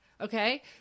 Okay